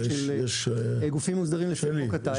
של גופים מסדרים לפי חוק הטיס --- שלי,